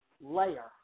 layer